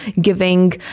giving